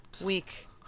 week